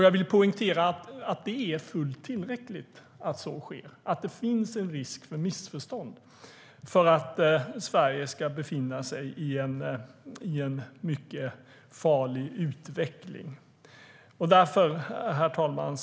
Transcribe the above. Jag vill poängtera att det är fullt tillräckligt att så sker, det vill säga att det finns en risk för missförstånd, för att Sverige ska befinna sig i en mycket farlig utveckling. Herr talman!